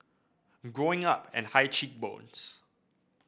growing up and high cheek bones